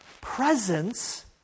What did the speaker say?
presence